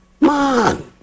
Man